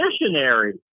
missionary